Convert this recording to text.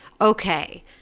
okay